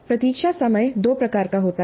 प्रतीक्षा समय दो प्रकार का होता है